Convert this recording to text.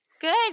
Good